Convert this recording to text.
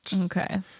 Okay